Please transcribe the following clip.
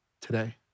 today